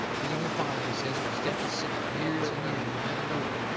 his own father, he says, was deathly sick fur years and years and never knowed it,